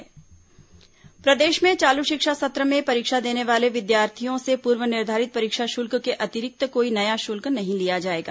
माशिमं परीक्षा शुल्क प्रदेश में चालू शिक्षा सत्र में परीक्षा देने वाले विद्यार्थियों से पूर्व निर्धारित परीक्षा शुल्क के अतिरिक्त कोई नया शुल्क नहीं लिया जाएगा